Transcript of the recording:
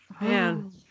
Man